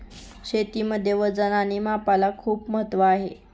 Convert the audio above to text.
शेतीमध्ये वजन आणि मापाला खूप महत्त्व आहे